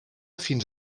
fins